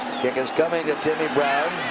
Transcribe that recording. kick is coming to timmy brown.